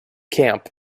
camp